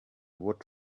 wood